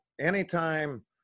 anytime